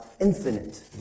infinite